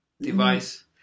device